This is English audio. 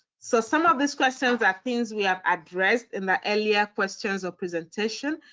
so some of these questions are things we have addressed in the earlier questions or presentation,